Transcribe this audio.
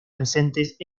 presentes